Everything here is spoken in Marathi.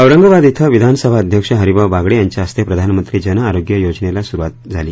औरंगाबाद इथं विधानसभा अध्यक्ष हरिभाऊ बागडे यांच्या हस्ते प्रधानमंत्री जन आरोग्य योजनेला सुरुवात करण्यात आली